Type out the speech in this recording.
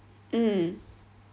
mm